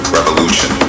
Revolution